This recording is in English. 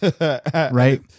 right